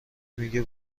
میگه